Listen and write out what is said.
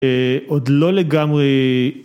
אה... עוד לא לגמרי.